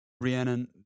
Rhiannon